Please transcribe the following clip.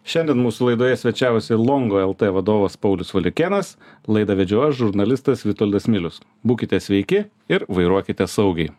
šiandien mūsų laidoje svečiavosi long el t vadovas paulius valiukėnas laidą vedžiau aš žurnalistas vitoldas milius būkite sveiki ir vairuokite saugiai